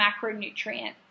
macronutrients